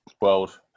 world